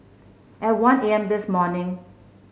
at one A M this morning